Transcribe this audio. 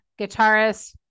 guitarist